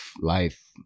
life